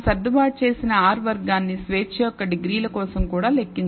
మనం సర్దుబాటు చేసిన R వర్గాన్ని స్వేచ్ఛ యొక్క డిగ్రీలు కోసం కూడా లెక్కించవచ్చు